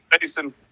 Jason